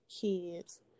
kids